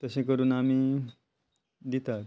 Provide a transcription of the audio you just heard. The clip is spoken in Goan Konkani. तशें करून आमी दितात